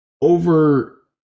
Over